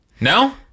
No